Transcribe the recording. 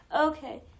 Okay